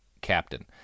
captain